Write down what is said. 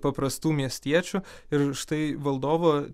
paprastų miestiečių ir štai valdovo